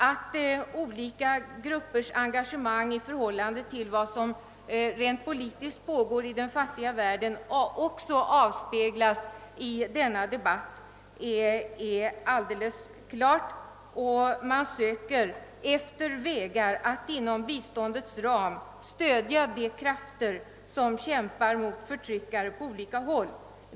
Att olika gruppers engagemang i förhållande till vad som rent politiskt pågår 1 den fattiga världen också avspeglas i denna debatt är alldeles klart. Man söker efter vägar att inom bistån dets ram stödja de krafter som kämpar mot förtryck på olika håll.